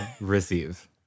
receive